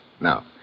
Now